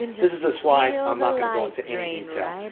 this is a slide i'm not going to go into any detail.